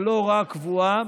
ולא הוראה קבועה,